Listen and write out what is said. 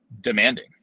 demanding